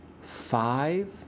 five